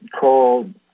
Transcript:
called